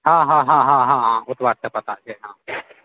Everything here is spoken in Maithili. हँ हँ हँ हँ हँ हँ हँ ओतबा सब पता छै हँ